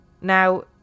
Now